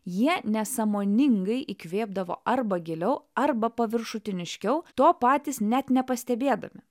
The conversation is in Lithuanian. jie nesąmoningai įkvėpdavo arba giliau arba paviršutiniškiau to patys net nepastebėdami